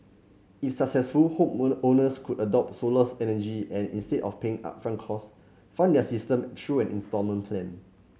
if successful homeowners could adopt solar energy and instead of paying upfront costs fund their systems through an instalment plan